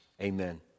Amen